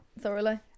thoroughly